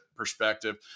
perspective